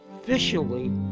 officially